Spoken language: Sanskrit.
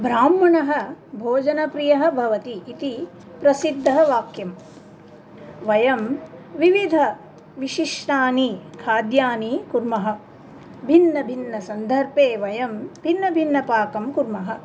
ब्राह्मणः भोजनप्रियः भवति इति प्रसिद्धः वाक्यं वयं विविधानि विशिष्टानि खाद्यानि कुर्मः भिन्नभिन्नसन्दर्भे वयं भिन्नभिन्नपाकं कुर्मः